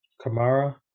Kamara